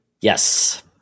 Yes